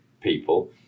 people